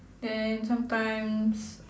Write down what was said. then sometimes